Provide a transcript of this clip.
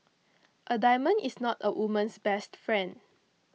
a diamond is not a woman's best friend